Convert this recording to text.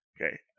Okay